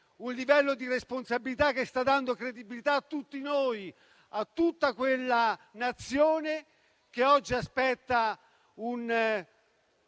un livello di responsabilità che sta dando credibilità a tutti noi, a tutta quella Nazione che oggi aspetta un